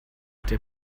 der